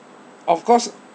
of course